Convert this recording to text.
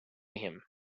him